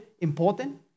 important